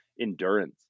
endurance